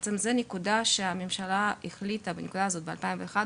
הממשלה החליטה על בשנת 2011,